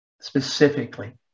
specifically